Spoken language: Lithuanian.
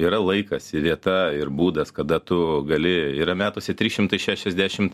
yra laikas vieta ir būdas kada tu gali yra metuose trys šimtai šešiasdešimt